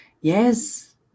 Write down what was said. Yes